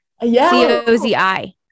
C-O-Z-I